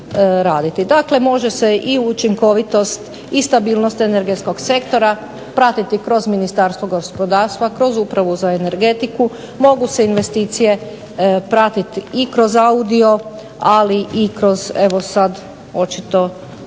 Dakle, može se i učinkovitost i stabilnost energetskog sektora pratiti kroz Ministarstvo gospodarstva, kroz Upravu za energetiku, mogu se investicije pratiti i kroz audio, ali i kroz evo sad očito već